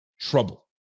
Trouble